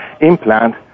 implant